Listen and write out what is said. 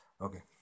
Okay